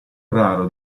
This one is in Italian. raro